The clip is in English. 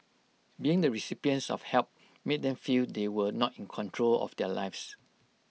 being the recipients of help made them feel they were not in control of their lives